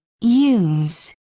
Use